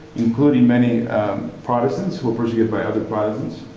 including many protestants who were persecuted by other protestants,